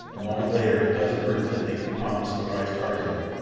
a moment later a dozen brutes had leaped upon the surprised tarzan,